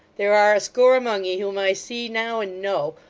there are a score among ye whom i see now and know,